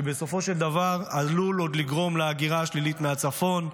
שבסופו של דבר עלולה עוד לגרום להגירה שלילית מהצפון,